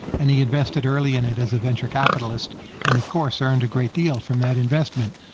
and he invested early in it as a venture capitalist and, of course, earned a great deal from that investment.